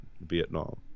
Vietnam